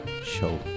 show